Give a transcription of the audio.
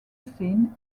seen